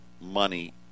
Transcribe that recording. money